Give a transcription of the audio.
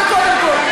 זה קודם כול.